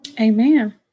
amen